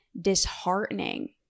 disheartening